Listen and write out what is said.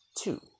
two